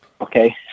Okay